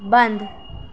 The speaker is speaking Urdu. بند